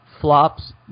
flops